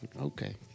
Okay